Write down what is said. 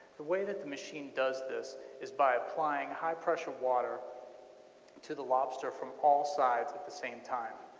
the way that the machine does this is by applying high pressure water to the lobster from all sides at the same time.